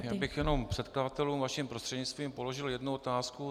Já bych jenom předkladatelům vaším prostřednictvím položil jednu otázku.